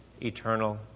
eternal